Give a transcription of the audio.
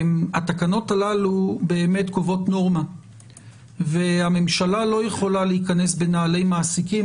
התקנות הללו באמת קובעות נורמה והממשלה לא יכולה להיכנס בנעלי מעסיקים,